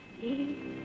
see